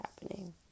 happening